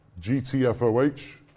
GTFOH